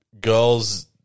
Girls